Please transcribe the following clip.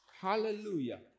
Hallelujah